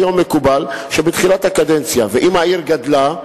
היום מקובל שאם העיר גדלה,